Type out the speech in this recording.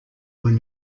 were